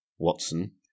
Watson